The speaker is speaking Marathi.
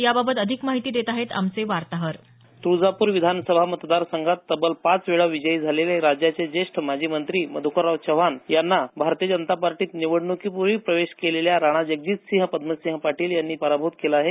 याबाबत अधिक माहिती देत आहेत आमचे वार्ताहर तुळजाप्रर विधानसभा मतदारसंघात तब्बल पाच वेळा विजयी झालेले राज्याचे ज्येष्ठ माजी मंत्री मध्करराव चव्हाण यांना भारतीय जनता पार्टीत निवडणुकीपूर्वी प्रवेश केलेल्या राणा जगजितसिंह पद्मसिंह पाटील यांनी पराभूत केलं आहे